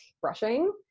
brushing